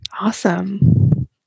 Awesome